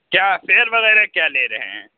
کیا سیل وغیرہ کیا لے رہیں ہیں